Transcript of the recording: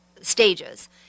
stages